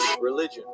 religion